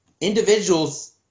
individuals